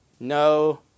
No